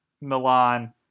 Milan